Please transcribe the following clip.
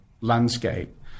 landscape